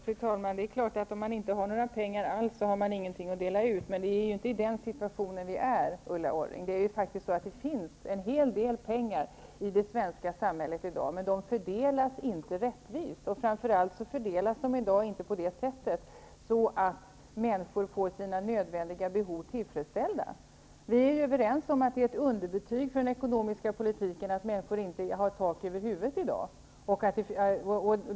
Fru talman! Det är klart att om man inte har några pengar alls har man ingenting att dela ut, men vi befinner oss ju inte i den situationen, Ulla Orring. Det finns faktiskt en hel del pengar i det svenska samhället, men pengarna fördelas inte rättvist. Framför allt fördelas de inte så, att människor får sina nödvändiga behov tillfredsställda. Vi är överens om att det är ett underbetyg för den ekonomiska politiken att människor inte har tak över huvudet i dag.